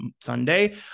sunday